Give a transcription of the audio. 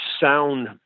sound